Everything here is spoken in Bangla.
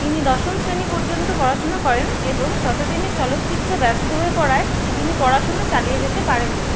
তিনি দশম শ্রেণী পর্যন্ত পড়াশোনা করেন এবং ততদিনে চলচ্চিত্রে ব্যস্ত হয়ে পড়ায় তিনি পড়াশোনা চালিয়ে যেতে পারেন নি